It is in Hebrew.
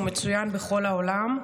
הוא מצוין בכל העולם.